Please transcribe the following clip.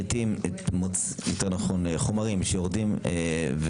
חומרים שיורדים,